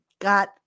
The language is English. got